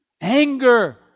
Anger